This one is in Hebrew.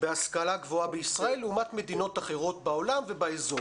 בהשכלה גבוהה בישראל לעומת מדינות אחרות בעולם ובאזור